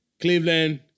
Cleveland